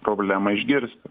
problemą išgirsti